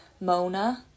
Mona